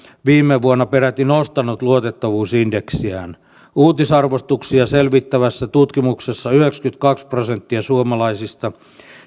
viime vuonna peräti nostanut luotettavuusindeksiään uutisarvostuksia selvittävässä tutkimuksessa yhdeksänkymmentäkaksi prosenttia suomalaisista